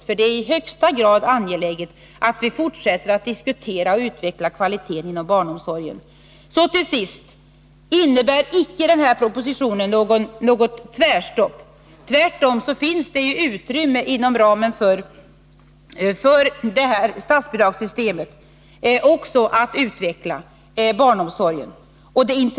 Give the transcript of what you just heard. Det är nämligen i högsta grad angeläget att vi fortsätter att diskutera och utveckla kvaliten inom barnomsorgen. Denna proposition innebär icke något tvärstopp. Tvärtom finns det inom ramen för statsbidragssystemet utrymme att utveckla barnomsorgen.